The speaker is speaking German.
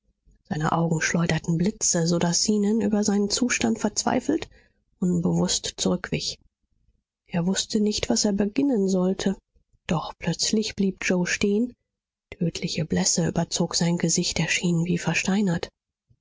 seine augen schleuderten blitze so daß zenon über seinen zustand verzweifelt unbewußt zurückwich er wußte nicht was er beginnen sollte doch plötzlich blieb yoe stehen tödliche blässe überzog sein gesicht er schien wie versteinert